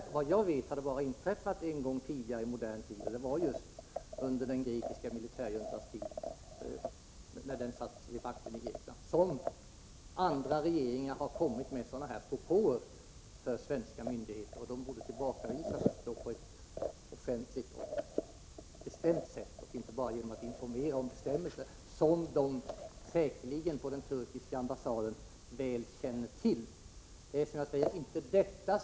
Enligt vad jag vet har det bara inträffat en gång tidigare i modern tid — det var just när den grekiska militärjuntan satt vid makten i Grekland — att andra regeringar har framfört liknande propåer till svenska myndigheter. Sådana borde avvisas offentligt och på ett bestämt sätt. Man borde alltså inte bara ha informerat om bestämmelserna. På den turkiska ambassaden känner man säkerligen väl till dessa.